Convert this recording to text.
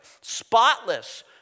spotless